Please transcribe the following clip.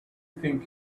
think